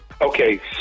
Okay